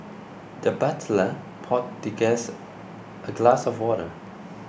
the butler poured the guest a glass of water